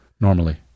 Normally